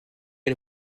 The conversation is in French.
est